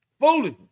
Foolish